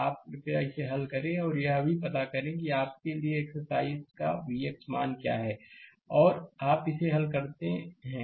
आप कृपया इसे हल करें और यह भी पता करें कि आपके लिए एक्सरसाइज का Vx मान क्या है और आप इसे हल करते हैं